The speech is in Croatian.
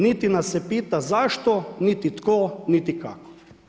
Niti nas se pita zašto, niti tko, niti kako.